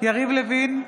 יריב לוין,